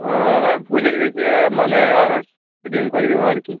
ও দাদা ভুল হয়ে গিয়েছে মানে আরও ফিটিং করে দেবো আর কি